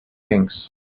things